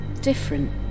different